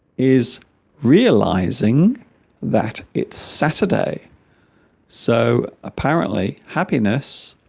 is realizing that it's saturday so apparently happiness